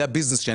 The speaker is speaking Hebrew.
זה הביזנס שלי,